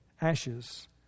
Ashes